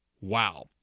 Wow